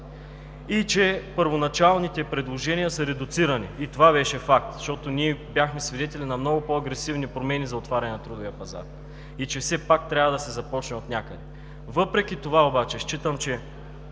и че първоначалните предложения са редуцирани – и това беше факт, защото бяхме свидетели на много по-агресивни промени за отваряне на трудовия пазар и че все пак трябва да се започне отнякъде. Считам, че